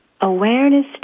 Awareness